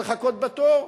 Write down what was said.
צריך לחכות בתור.